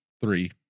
three